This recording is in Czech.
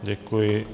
Děkuji.